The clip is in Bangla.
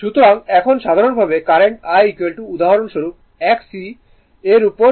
সুতরাং এখন সাধারণভাবে কারেন্ট I উদাহরণস্বরূপ x e এর উপর V3 ধরুন